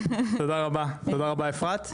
תודה רבה, אפרת.